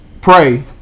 pray